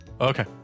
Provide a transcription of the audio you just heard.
okay